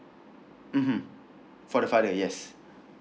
mmhmm for the father yes